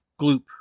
Gloop